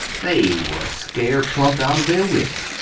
they was scart plump out of there wits,